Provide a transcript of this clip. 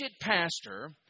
pastor